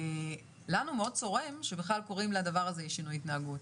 לנו מאוד צורם שבכלל קוראים לדבר הזה שינוי התנהגות,